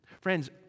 Friends